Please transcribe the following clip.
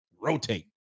Rotate